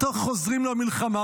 או-טו-טו חוזרים למלחמה.